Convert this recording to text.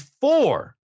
four